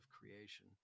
creation